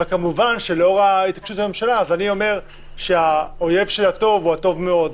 אבל כמובן שלאור התעקשות הממשלה אני אומר שהאויב של הטוב הוא הטוב מאוד,